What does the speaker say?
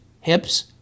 hips